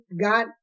God